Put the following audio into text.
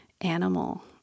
animal